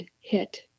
hit